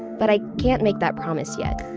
but i can't make that promise yet.